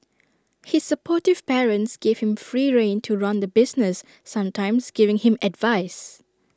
his supportive parents gave him free rein to run the business sometimes giving him advice